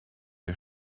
wir